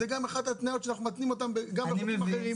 זו גם אחת ההתניות שאנחנו מתנים גם בחוקים אחרים.